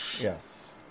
Yes